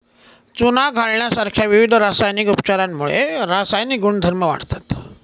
चुना घालण्यासारख्या विविध रासायनिक उपचारांमुळे रासायनिक गुणधर्म वाढतात